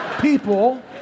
people